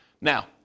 Now